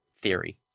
theory